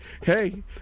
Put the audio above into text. Hey